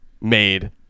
made